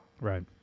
Right